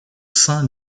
sein